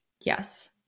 Yes